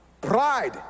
pride